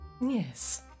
Yes